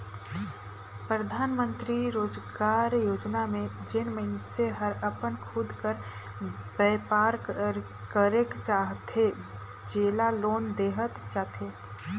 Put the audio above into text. परधानमंतरी रोजगार योजना में जेन मइनसे हर अपन खुद कर बयपार करेक चाहथे जेला लोन देहल जाथे